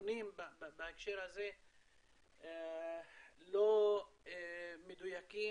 הנתונים בהקשר הזה לא מדויקים,